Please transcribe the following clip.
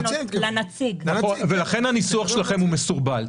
לכן הניסוח שלכם מסורבל.